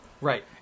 Right